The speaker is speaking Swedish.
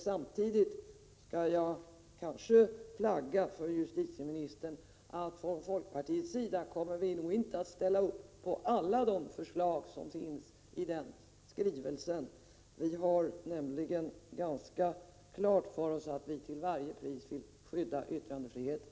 Samtidigt skall jag kanske flagga för justitieministern att vi från folkpartiet nog inte kommer att ställa upp på alla förslag som finns i den skrivelsen. Vi har nämligen klart för oss att vi till varje pris vill skydda yttrandefriheten.